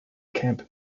kemp